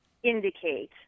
indicate